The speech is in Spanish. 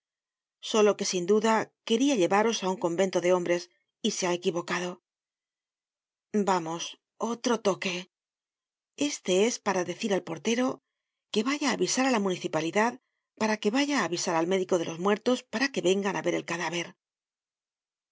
solo que sin duda quería llevaros á un convento de hombres y se ha equivocado vamos otro toque este es para decir al portero que vaya á avisar á la municipalidad para que vaya á avisar al médico de los muertos para que vengan á ver el cadáver